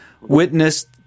witnessed